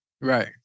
Right